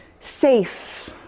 safe